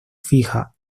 fija